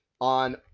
on